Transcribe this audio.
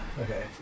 okay